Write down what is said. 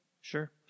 sure